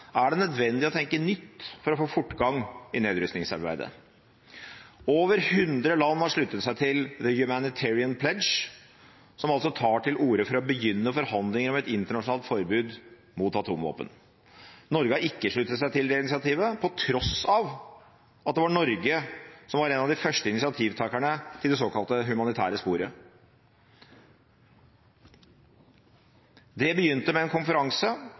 er det nødvendig å tenke nytt for å få fortgang i nedrustningsarbeidet. Over 100 land har sluttet seg til Humanitarian Pledge, som altså tar til orde for å begynne forhandlinger om et internasjonalt forbud mot atomvåpen. Norge har ikke sluttet seg til det initiativet, på tross av at det var Norge som var en av de første initiativtakerne til det såkalte humanitære sporet. Det begynte med en konferanse